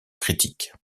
critiques